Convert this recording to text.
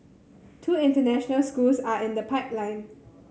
two international schools are in the pipeline